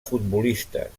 futbolistes